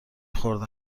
خورده